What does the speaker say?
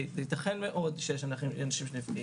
זה יתכן מאוד שיש אנשים שנפגעים.